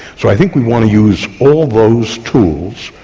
so i think we want to use all those tools,